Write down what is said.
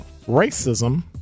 racism